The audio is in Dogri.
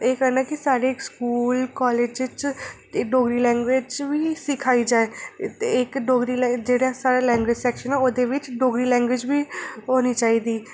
केह् करना कि साढ़े स्कूल कॉलेज़ च ते डोगरी लैंग्वेज़ बिच बी सिखाई जाए ते इक डोगरी जेह्ड़ा लैंग्वेज़ सैक्शन ऐ ओह्दे बिच डोगरी लैंग्वेज़ बी